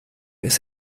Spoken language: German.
ist